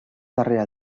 darrera